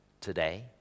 today